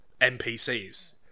NPCs